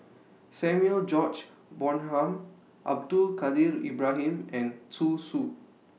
Samuel George Bonham Abdul Kadir Ibrahim and Zhu Xu